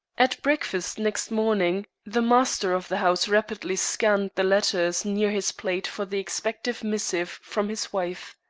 at breakfast next morning the master of the house rapidly scanned the letters near his plate for the expected missive from his wife.